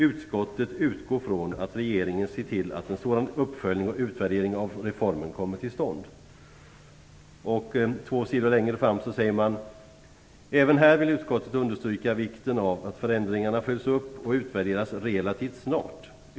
Utskottet utgår från att regeringen ser till att en sådan uppföljning och utvärdering av reformen kommer till stånd." Två sidor längre fram säger man: "Även här vill utskottet understryka vikten av att förändringarna följs upp och utvärderas relativt snart.